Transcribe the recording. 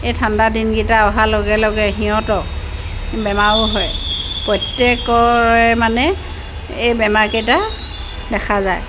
এই ঠাণ্ডা দিনকেইটা অহাৰ লগে লগে সিহঁতক বেমাৰো হয় প্ৰত্যেকৰে মানে এই বেমাৰকেইটা দেখা যায়